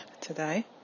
today